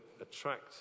attract